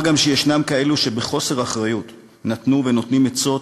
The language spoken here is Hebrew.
אומר גם שיש כאלו שבחוסר אחריות נתנו ונותנים עצות